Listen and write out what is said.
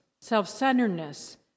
self-centeredness